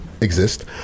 exist